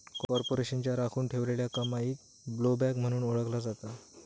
कॉर्पोरेशनच्या राखुन ठेवलेल्या कमाईक ब्लोबॅक म्हणून ओळखला जाता